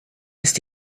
ist